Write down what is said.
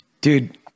dude